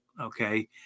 Okay